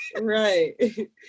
Right